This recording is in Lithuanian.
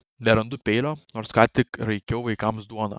nerandu peilio nors ką tik raikiau vaikams duoną